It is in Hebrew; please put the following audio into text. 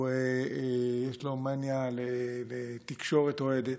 יש לו מאניה לתקשורת אוהדת.